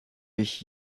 ich